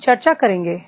हम चर्चा करेंगे